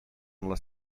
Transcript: les